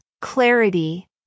clarity